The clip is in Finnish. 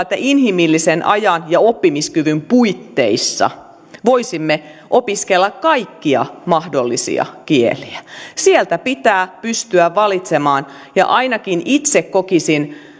että inhimillisen ajan ja oppimiskyvyn puitteissa voisimme opiskella kaikkia mahdollisia kieliä sieltä pitää pystyä valitsemaan ja ainakin itse kokisin